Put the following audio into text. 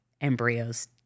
embryos